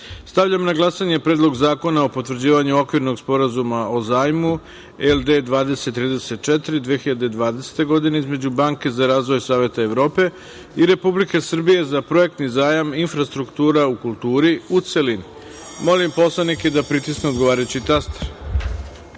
na glasanje Predlog zakona o potvrđivanju okvirnog sporazuma o zajmu LD 2034 (2020), između Banke za razvoj Saveta Evrope i Republike Srbije za projektni zajam – Infrastruktura u kulturi, u celini. Molim poslanike da pritisnu odgovarajući